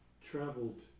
traveled